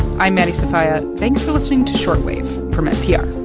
i'm maddie sofia. thanks for listening to short wave from npr